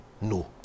No